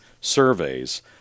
surveys